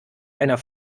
einer